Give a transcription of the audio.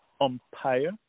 umpire